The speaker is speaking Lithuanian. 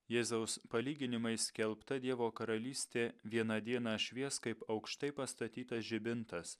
jėzaus palyginimais skelbta dievo karalystė vieną dieną švies kaip aukštai pastatytas žibintas